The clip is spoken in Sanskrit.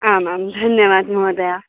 आम् आं धन्यवादः महोदया